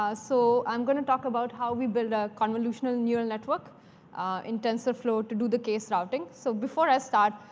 ah so i'm going to talk about how we build a convolutional neural network ah in tensorflow to do the case-routing. so before i start,